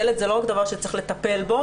ילד זה לא רק דבר שצריך לטפל בו,